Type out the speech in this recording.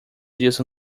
dias